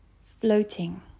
floating